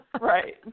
Right